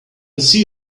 see